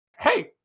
hey